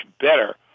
better